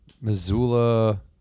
Missoula